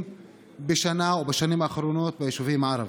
בשנה או בשנים האחרונות ביישובים הערביים.